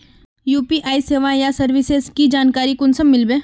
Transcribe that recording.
UPI सेवाएँ या services की जानकारी कुंसम मिलबे?